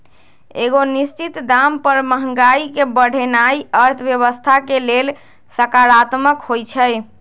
एगो निश्चित दाम पर महंगाई के बढ़ेनाइ अर्थव्यवस्था के लेल सकारात्मक होइ छइ